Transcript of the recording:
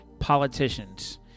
politicians